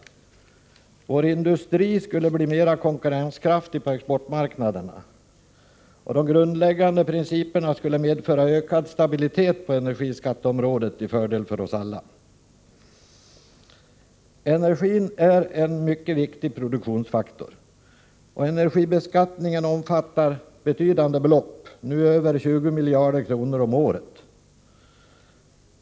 Vår industri skulle bli mer konkurrenskraftig på exportmarknaderna, och de grundläggande principerna skulle medföra ökad stabilitet på skatteområdet till fördel för oss alla. Energin är en mycket viktig produktionsfaktor. Energibeskattningen omfattar betydande belopp, nu över 20 miljarder kronor om året.